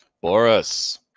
Boris